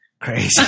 crazy